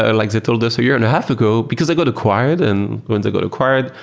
ah like they told us a year and a half ago, because they got acquired and when they got acquired,